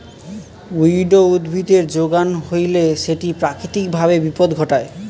weed উদ্ভিদের যোগান হইলে সেটি প্রাকৃতিক ভাবে বিপদ ঘটায়